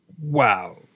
Wow